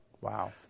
Wow